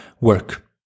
work